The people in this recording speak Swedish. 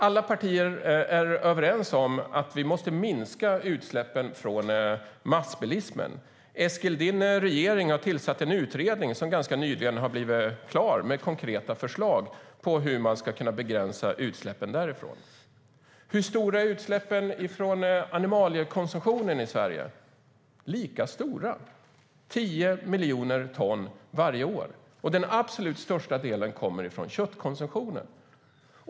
Alla partier är överens om att vi måste minska utsläppen från massbilismen. Din regering, Eskil, har tillsatt en utredning som ganska nyligen blev klar med konkreta förslag på hur man ska kunna begränsa bilarnas utsläpp. Hur stora är utsläppen från animaliekonsumtionen i Sverige? De är lika stora. De är på tio miljoner ton varje år, och den absolut största delen kommer från köttkonsumtionen.